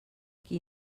qui